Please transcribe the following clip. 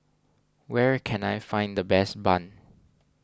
where can I find the best Bun